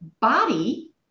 body